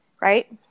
right